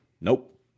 Nope